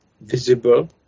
visible